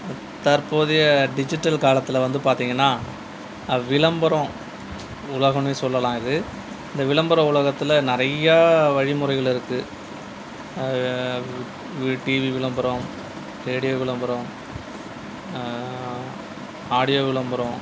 தற்போதைய டிஜிட்டல் காலத்தில் வந்து பார்த்தீங்கன்னா விளம்பரம் உலகம்னே சொல்லலாம் இது இந்த விளம்பர உலகத்தில் நிறையா வழிமுறைகள் இருக்குது இது டிவி விளம்பரம் ரேடியோ விளம்பரம் ஆடியோ விளம்பரம்